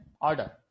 order